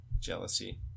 jealousy